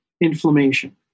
inflammation